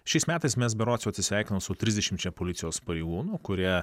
šiais metais mes berods jau atsisveikinom su trisdešimčia policijos pareigūnų kurie